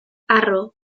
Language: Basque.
harro